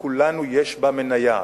לכולנו יש בה מניה,